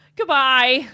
Goodbye